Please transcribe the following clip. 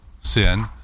sin